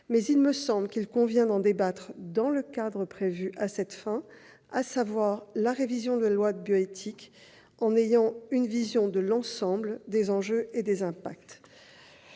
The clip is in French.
mais il me semble qu'il convient d'en débattre dans le cadre prévu à cette fin, à savoir la révision de la loi de bioéthique, en ayant une vision de l'ensemble des enjeux et impacts.